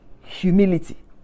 humility